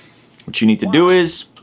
what you need to do is,